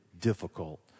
difficult